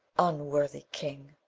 unworthy king,